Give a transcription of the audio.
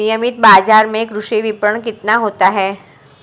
नियमित बाज़ार में कृषि विपणन कितना होता है?